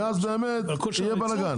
כי הכל באמת יהיה בלאגן.